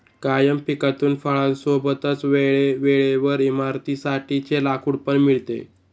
कायम पिकातून फळां सोबतच वेळे वेळेवर इमारतीं साठी चे लाकूड पण मिळते